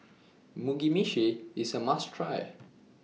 Mugi Meshi IS A must Try